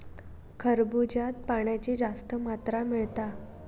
खरबूज्यात पाण्याची जास्त मात्रा मिळता